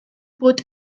bod